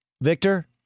Victor